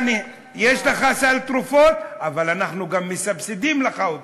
יש לך סל תרופות, אבל אנחנו גם מסבסדים לך אותו,